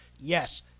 Yes